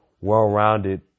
well-rounded